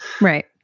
Right